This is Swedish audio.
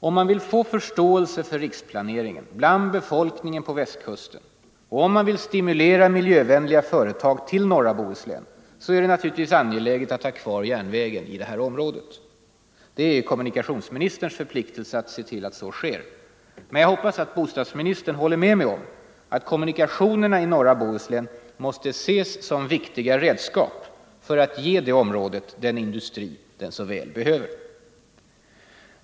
Om man vill få förståelse för riksplaneringen bland befolkningen på Västkusten och om man vill stimulera miljövänliga företag till norra Bohuslän, är det naturligtvis angeläget att 129 ha kvar järnvägen i det området. Det är självfallet kommunikationsministerns förpliktelse att se till att så sker. Men jag hoppas att bostadsministern håller med mig om att kommunikationerna i norra Bohuslän måste ses som viktiga redskap för att ge det området den industri det så väl behöver.